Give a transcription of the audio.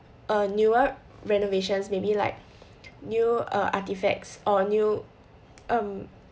a newer renovations maybe like new err artifacts or new um